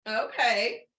Okay